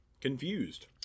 confused